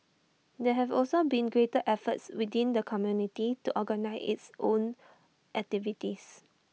there have also been greater efforts within the community to organise its own activities